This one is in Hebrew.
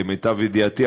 למיטב ידיעתי,